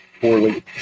poorly